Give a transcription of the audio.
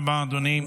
תודה רבה, אדוני.